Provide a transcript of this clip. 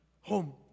home